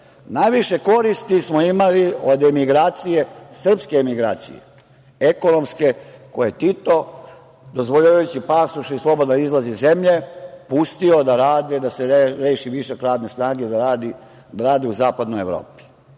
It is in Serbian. Najviše koristi smo imali od emigracije, srpske emigracije, ekonomske koje je Tito, dozvoljavajući pasoše i slobodan izlaz iz zemlje, pustio da rade, da se reši višak radne snage, da rade u zapadnoj Evropi.